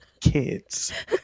kids